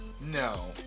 No